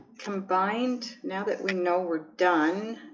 combined now that we know we're done